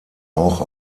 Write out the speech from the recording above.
auch